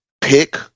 pick